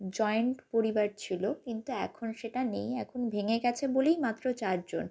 joint পরিবার ছিল কিন্তু এখন সেটা নেই এখন ভেঙে গিয়েছে বলেই মাত্র চার জন